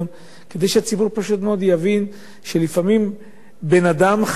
כדי שהציבור פשוט מאוד יבין שלפעמים בן-אדם חי,